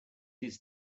his